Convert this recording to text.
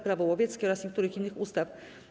Prawo łowieckie oraz niektórych innych ustaw.